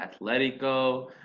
Atletico